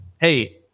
Hey